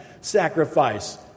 sacrifice